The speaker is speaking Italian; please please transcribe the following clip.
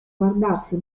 guardarsi